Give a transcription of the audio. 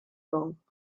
long